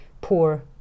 poor